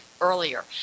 earlier